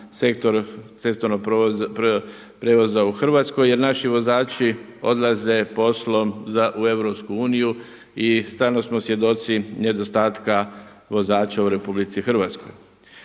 sektor cestovnog prijevoza u Hrvatskoj jer naši vozači odlaze poslom u EU i stalno smo svjedoci nedostatka vozača u RH. Ako,